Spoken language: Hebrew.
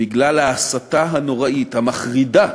בגלל ההסתה הנוראית, המחרידה,